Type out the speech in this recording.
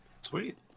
sweet